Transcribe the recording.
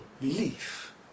belief